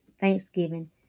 thanksgiving